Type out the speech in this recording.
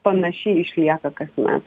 panaši išlieka kasmet